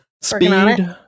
Speed